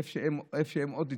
איפה שהן עוד הצליחו,